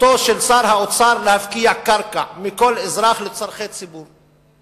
זכותו של שר האוצר להפקיע קרקע מכל אזרח לצורכי ציבור.